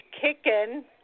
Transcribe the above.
kicking